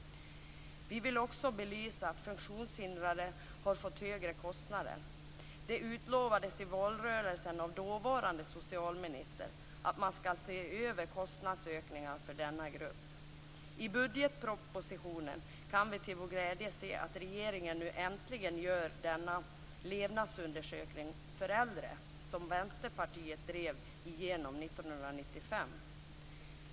Vi vill också belysa att funktionshindrade har fått högre kostnader. Det utlovades i valrörelsen av dåvarande socialministern att man skulle se över kostnadsökningarna för denna grupp. I budgetpropositionen kan vi till vår glädje se att regeringen nu äntligen gör den levnadsundersökning när det gäller äldre som Vänsterpartiet drev igenom 1995.